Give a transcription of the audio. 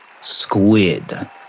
Squid